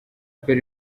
perry